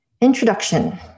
Introduction